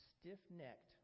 stiff-necked